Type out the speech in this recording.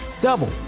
double